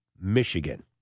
Michigan